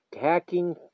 Hacking